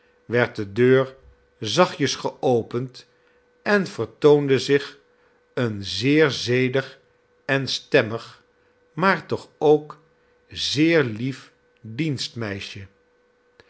werd de deur zachtjes geopend en vertoonde zich een zeer zedig en stemmig maar toch ook zeer lief